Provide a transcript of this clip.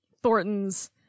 thornton's